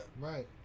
right